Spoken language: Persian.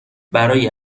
برای